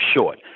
short